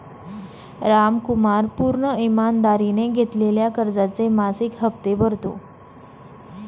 रामकुमार पूर्ण ईमानदारीने घेतलेल्या कर्जाचे मासिक हप्ते भरतो